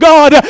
God